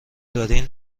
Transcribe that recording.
دارین